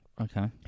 Okay